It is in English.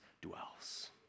dwells